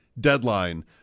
deadline